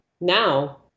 now